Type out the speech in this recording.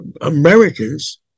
Americans